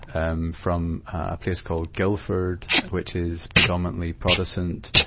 um, from a place called guilford, which is predominantly protestant.